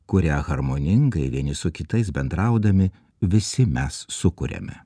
kurią harmoningai vieni su kitais bendraudami visi mes sukuriame